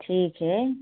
ठीक है